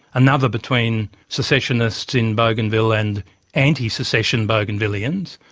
another between secessionists in bougainville and anti-secession bougainvilleans,